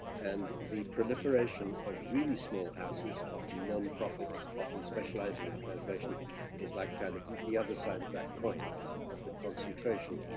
and the proliferation of really small houses of nonprofits, often specializing in translation is like kind of the other side of that coin of the concentration.